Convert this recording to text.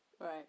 Right